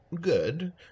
good